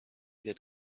could